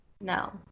No